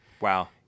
Wow